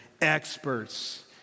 experts